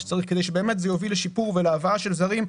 שצריך כדי שבאמת זה יוביל לשיפור ולהבאה של זרים.